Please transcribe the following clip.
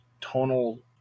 tonal